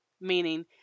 meaning